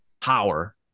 power